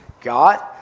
God